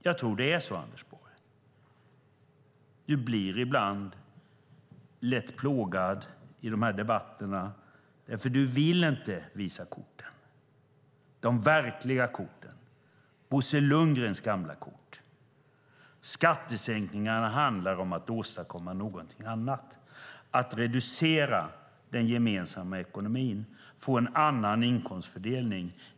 Jag tror att det är så, Anders Borg, att du ibland blir lätt plågad i de här debatterna därför att du inte vill visa korten, de verkliga korten, Bosse Lundgrens gamla kort. Skattesänkningarna handlar om att åstadkomma någonting annat, att reducera den gemensamma ekonomin, att få en annan inkomstfördelning.